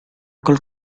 col